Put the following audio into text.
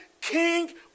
king